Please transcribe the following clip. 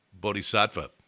Bodhisattva